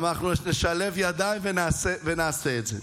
נשלב ידיים ונעשה את זה.